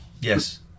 Yes